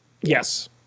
Yes